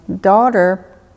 daughter